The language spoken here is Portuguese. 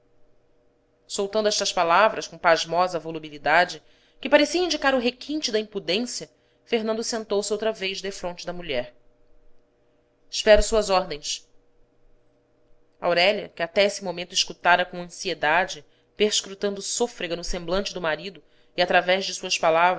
soltando estas palavras com pasmosa volubilidade que parecia indicar o requinte da impudência fernando sentou-se outra vez defronte da mulher espero suas ordens aurélia que até esse momento escutara com ansiedade perscrutando sôfrega no semblante do marido e através de suas palavras